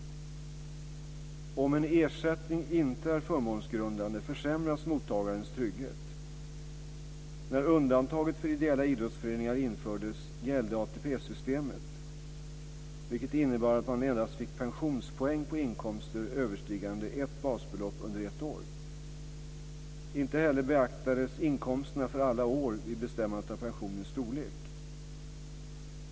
Om en ersättning inte är förmånsgrundande försämras mottagarens trygghet. När undantaget för ideella idrottsföreningar infördes gällde ATP systemet, vilket innebar att man endast fick pensionspoäng på inkomster överstigande ett basbelopp under ett år. Inte heller beaktades inkomsterna för alla år vid bestämmandet av pensionens storlek.